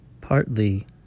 Partly